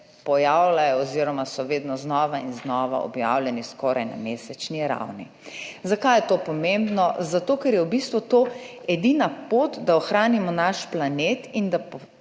pojavljajo oziroma so vedno znova in znova objavljeni skoraj na mesečni ravni. Zakaj je to pomembno? Zato ker je v bistvu to edina pot, da ohranimo naš planet in da